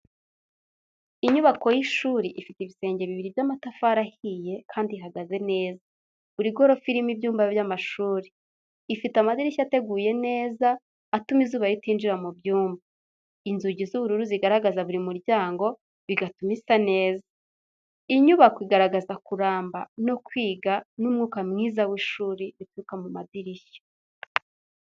Inyubako y’ishuri ifite ibisenge bibiri by’amatafari ahiye ihagaze neza, buri gorofa irimo ibyumba by'amashuri. Ifite amadirishya ateguye neza atuma izuba ryinjira mu byumba. Inzugi z’ubururu zigaragaza buri muryango, bituma isa neza. Inyubako igaragaza kuramba, kwiga n’umwuka mwiza w’ishuri.